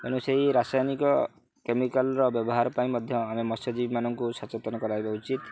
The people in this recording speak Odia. ତେଣୁ ସେହି ରାସାୟନିକ କେମିକାଲ୍ର ବ୍ୟବହାର ପାଇଁ ମଧ୍ୟ ଆମେ ମତ୍ସ୍ୟଜୀବୀ ମାନଙ୍କୁ ସଚେତନ କରାଇବା ଉଚିତ